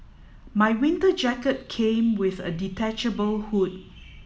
my winter jacket came with a detachable hood